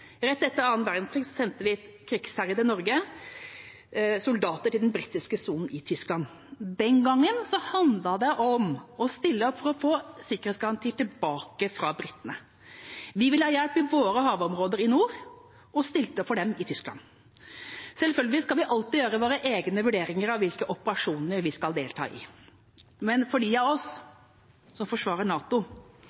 Rett etter annen verdenskrig sendte krigsherjede Norge soldater til den britiske sonen i Tyskland. Den gangen handlet det om å stille opp for å få sikkerhetsgarantier tilbake fra britene. Vi ville ha hjelp i våre havområder i nord og stilte opp for dem i Tyskland. Selvfølgelig skal vi alltid gjøre våre egne vurderinger av hvilke operasjoner vi skal delta i, men for dem av oss